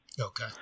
Okay